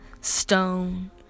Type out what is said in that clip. stone